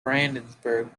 brandenburg